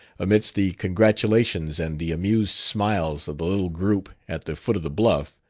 amidst the congratulations and the amused smiles of the little group at the foot of the bluff,